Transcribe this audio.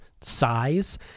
size